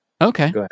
Okay